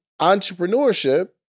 entrepreneurship